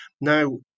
Now